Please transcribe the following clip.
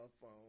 phone